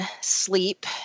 sleep